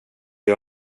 jag